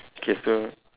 okay so